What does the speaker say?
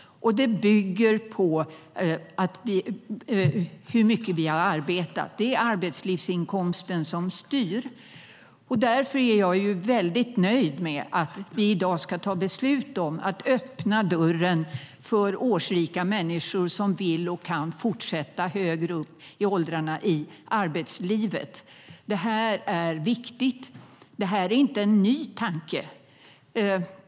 Systemet bygger på hur mycket vi har arbetat. Det är arbetslivsinkomsten som styr. Därför är jag väldigt nöjd med att vi i dag ska ta beslut om att öppna dörren för årsrika människor som vill och kan fortsätta i arbetslivet högre upp i åldrarna. Det här är viktigt. Det är inte en ny tanke.